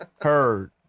Heard